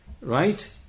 right